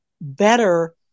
better